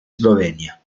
slovenia